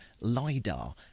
LIDAR